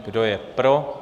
Kdo je pro?